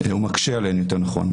מקשה עליהן.